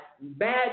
bad